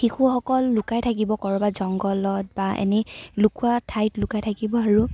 শিশুসকল লুকাই থাকিব ক'ৰবাৰ জংঘলত বা এনেই লুুকুৱা ঠাইত লুকাই থাকিব আৰু